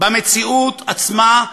במציאות עצמה,